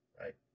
Right